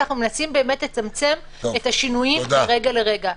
- אנחנו מנסים לצמצם את השינויים מרגע לרגע.